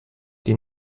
die